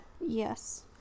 Yes